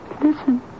Listen